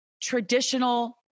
traditional